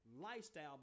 lifestyle